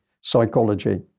psychology